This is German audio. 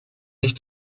nicht